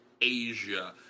Asia